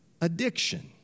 addiction